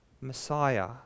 Messiah